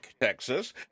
Texas